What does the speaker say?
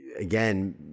again